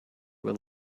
were